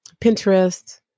Pinterest